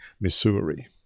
Missouri